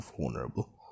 vulnerable